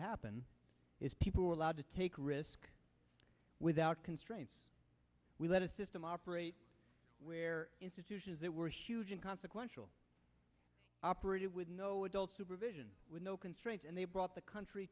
happened is people were allowed to take risk without constraints we let a system operate where institutions that were huge inconsequential operated with no adult supervision with no constraints and they brought the country